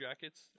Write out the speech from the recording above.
jackets